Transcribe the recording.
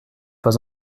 pas